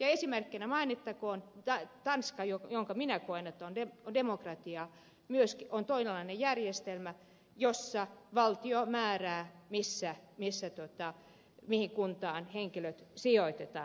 esimerkkinä mainittakoon tanska jonka minä koen demokratiaksi ja jossa on toisenlainen järjestelmä jossa valtio määrää mihin kuntaan henkilöt sijoitetaan